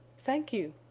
thank you,